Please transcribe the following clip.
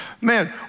man